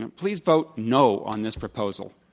and please vote, no, on this proposal.